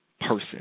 person